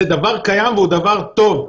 זה דבר קיים והוא דבר טוב,